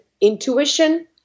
intuition